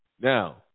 Now